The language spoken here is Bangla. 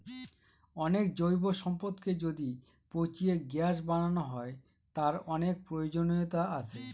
অনেক জৈব সম্পদকে যদি পচিয়ে গ্যাস বানানো হয়, তার অনেক প্রয়োজনীয়তা আছে